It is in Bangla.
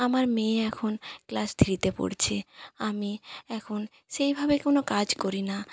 আমার মেয়ে এখন ক্লাস থ্রীতে পড়ছে আমি এখন সেইভাবে কোন কাজ করি না